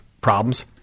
problems